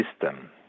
system